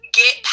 get